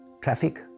traffic